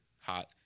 hot